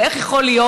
ואיך יכול להיות,